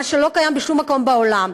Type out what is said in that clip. מה שלא קיים בשום מקום בעולם.